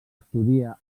estudia